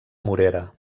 morera